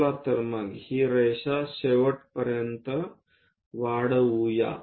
चला तर मग ही रेषा शेवटपर्यंत वाढवू या